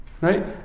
right